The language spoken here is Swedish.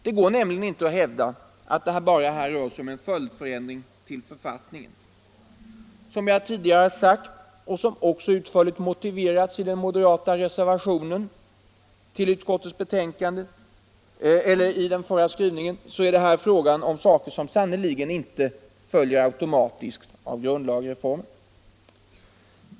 Det går nämligen inte att hävda att det här bara rör sig om en följdändring till författningen. Som jag tidigare sagt och som också utförligt motiverats i den moderata reservationen vid utskottets betänkande, så är det här fråga om saker som sannerligen inte följer automatiskt av grundlagsreformen.